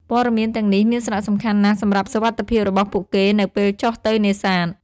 ព័ត៌មានទាំងនេះមានសារៈសំខាន់ណាស់សម្រាប់សុវត្ថិភាពរបស់ពួកគេនៅពេលចុះទៅនេសាទ។